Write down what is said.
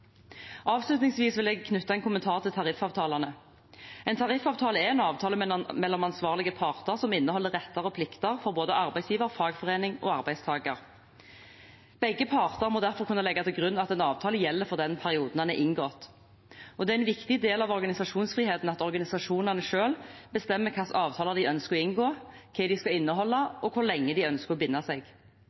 Avslutningsvis vil jeg knytte en kommentar til tariffavtalene. En tariffavtale er en avtale mellom ansvarlige parter som inneholder retter og plikter for både arbeidsgiver, fagforening og arbeidstaker. Begge parter må derfor kunne legge til grunn at en avtale gjelder for den perioden den er inngått. Det er en viktig del av organisasjonsfriheten at organisasjonene selv bestemmer hvilke avtaler de ønsker å inngå, hva de skal inneholde, og hvor lenge de ønsker å binde seg.